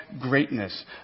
greatness